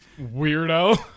weirdo